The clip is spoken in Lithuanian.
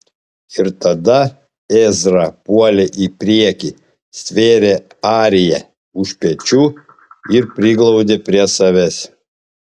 ir tada ezra puolė į priekį stvėrė ariją už pečių ir priglaudė prie savęs